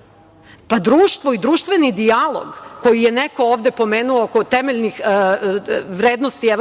procesa. Društvo i društveni dijalog koji je neko ovde pomenuo oko temeljnih vrednosti EU